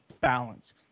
balance